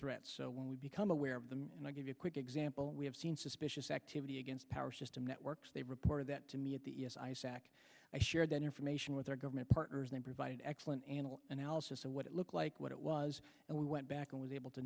threats so when we become aware of them and i give you a quick example we have seen suspicious activity against our system networks they reported that to me at the sac i shared that information with our government partners they provided excellent an analysis of what it looked like what it was and we went back and was able to